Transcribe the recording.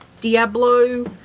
Diablo